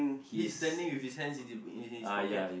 he's standing with his hands in his in his pocket